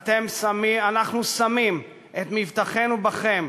אנחנו שמים את מבטחנו בכם.